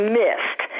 missed